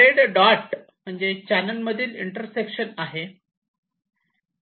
red dot म्हणजे channel मध्ये मधील इंटर सेक्शन आहे